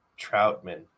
Troutman